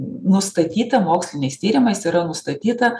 nustatyta moksliniais tyrimais yra nustatyta